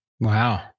Wow